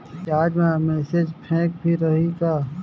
Recharge मा message pack भी रही का?